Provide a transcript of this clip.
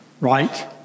right